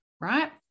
right